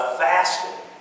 fasting